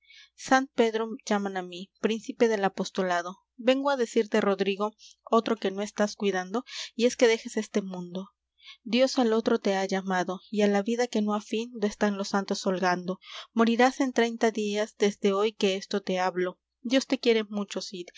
pedro llaman á mí príncipe del apostolado vengo á decirte rodrigo otro que no estás cuidando y es que dejes este mundo dios al otro te ha llamado y á la vida que no há fin do están los santos holgando morirás en treinta días desde hoy que esto te hablo dios te quiere mucho